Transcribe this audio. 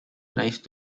nice